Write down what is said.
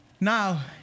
Now